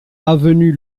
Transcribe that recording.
avenue